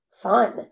fun